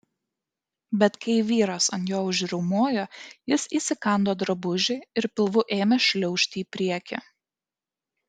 bet kai vyras ant jo užriaumojo jis įsikando drabužį ir pilvu ėmė šliaužti į priekį